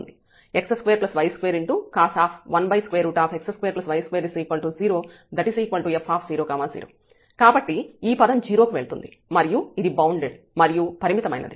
x2y2cos 1x2y2 0f00 కాబట్టి ఈ పదం 0 కి వెళ్తుంది మరియు ఇది బౌండెడ్ మరియు పరిమితమైనది